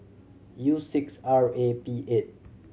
U six R A P eight